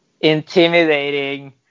intimidating